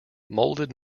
molded